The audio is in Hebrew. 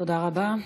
תודה רבה.